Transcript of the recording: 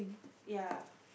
ya